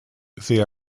they